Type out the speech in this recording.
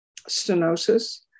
stenosis